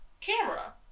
camera